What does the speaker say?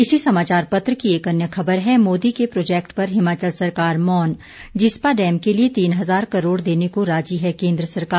इसी समाचार पत्र की एक अन्य खबर है मोदी के प्रोजेक्ट पर हिमाचल सरकार मौन जिस्पा डैम के लिए तीन हजार करोड़ देने को राजी है केंद्र सरकार